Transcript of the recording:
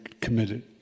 committed